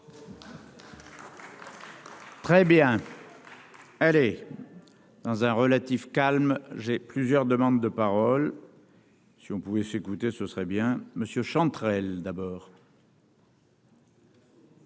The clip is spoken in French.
Très bien. Allez dans un relatif calme, j'ai plusieurs demandes de parole. Si on pouvait s'écouter, ce serait bien monsieur Chantrel d'abord.